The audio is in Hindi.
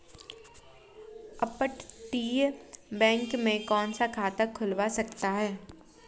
अपतटीय बैंक में कौन खाता खुलवा सकता है?